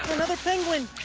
another penguin!